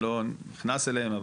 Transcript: אני לא נכנס אליהן,